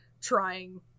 trying